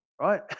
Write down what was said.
right